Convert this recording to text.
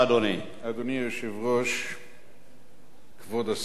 אדוני היושב-ראש, כבוד השר,